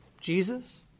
Jesus